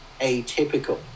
atypical